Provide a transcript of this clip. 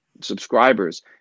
Subscribers